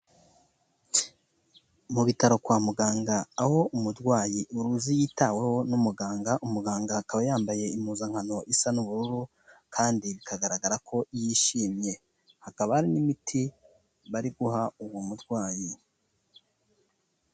Mu bitaro kwa muganga aho umurwayi uruzi yitaweho n'umuganga, umuganga akaba yambaye impuzankano isa n'ubururu kandi bikagaragara ko yishimye, hakaba hari n'imiti bari guha uwo murwayi.